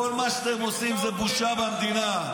כל מה שאתם עושים זה בושה למדינה.